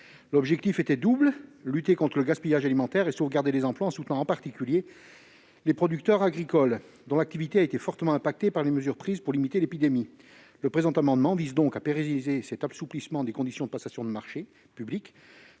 l'objectif était double : lutter contre le gaspillage alimentaire et si vous regardez les emplois en soutenant en particulier les producteurs agricoles dont l'activité a été fortement impactés par les mesures prises pour limiter l'épidémie le présent amendement vise donc à pérenniser cette assouplissement des conditions de passation de marchés publics